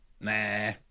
nah